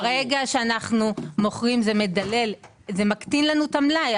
ברגע שאנחנו מוכרים זה מקטין לנו את המלאי.